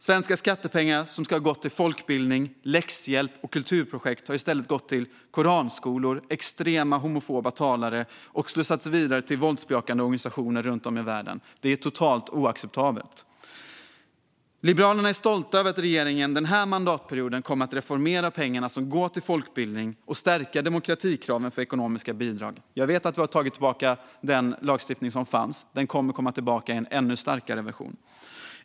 Svenska skattepengar som skulle ha gått till folkbildning, läxhjälp och kulturprojekt har i stället gått till koranskolor och extrema homofoba talare och slussats vidare till våldsbejakande organisationer runt om i världen. Det är totalt oacceptabelt. Liberalerna är stolta över att regeringen den här mandatperioden kommer att reformera pengarna som går till folkbildning och stärka demokratikraven för ekonomiska bidrag. Jag vet att vi har tagit tillbaka den lagstiftning som fanns. Den kommer att komma tillbaka i en ännu starkare version.